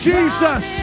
Jesus